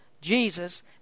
Jesus